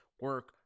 Work